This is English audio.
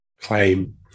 Claim